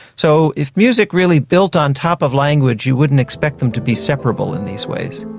so if music really built on top of language, you wouldn't expect them to be separable in these ways.